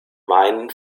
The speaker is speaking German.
meinen